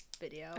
video